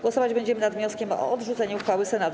Głosować będziemy nad wnioskiem o odrzucenie uchwały Senatu.